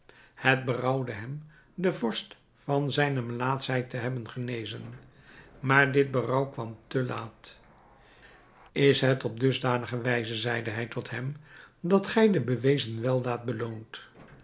het berouwde hem den vorst van zijne melaatschheid te hebben genezen maar dit berouw kwam te laat is het op dusdanige wijze zeide hij tot hem dat gij de u bewezen weldaad